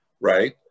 right